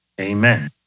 Amen